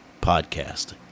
podcast